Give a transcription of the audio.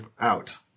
out